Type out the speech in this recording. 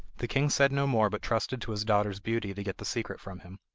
the king said no more, but trusted to his daughter's beauty to get the secret from him.